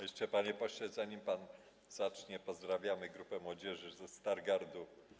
Jeszcze, panie pośle, zanim pan zacznie, pozdrawiamy grupę młodzieży ze Stargardu.